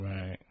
Right